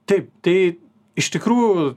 taip tai iš tikrųjų